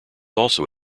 also